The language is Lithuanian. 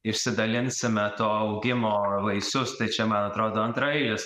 išsidalinsime to augimo vaisius tai čia man atrodo antraeilis